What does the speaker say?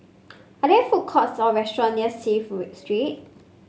are there food courts or restaurants near Clive Street